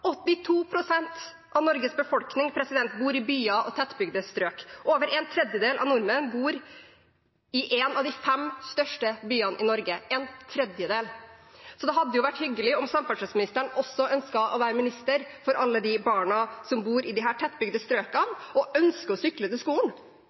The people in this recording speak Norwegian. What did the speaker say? pst. av Norges befolkning bor i byer og tettbygde strøk. Over én tredjedel av alle nordmenn bor i de fem største byene i Norge – én tredjedel! Så det hadde vært hyggelig om samferdselsministeren også ønsket å være minister for alle barna som bor i disse tettbygde strøkene